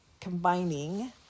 combining